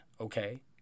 okay